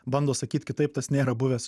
bando sakyt kitaip tas nėra buvęs